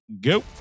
go